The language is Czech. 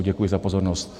Děkuji za pozornost.